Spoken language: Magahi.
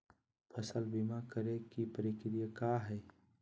फसल बीमा करे के प्रक्रिया का हई?